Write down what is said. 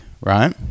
right